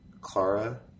Clara